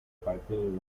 aparecen